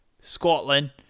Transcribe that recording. Scotland